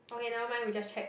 okay never mind we just check